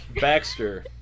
Baxter